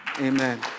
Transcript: Amen